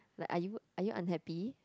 like are you are you unhappy